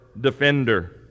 defender